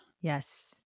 Yes